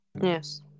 Yes